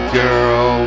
girl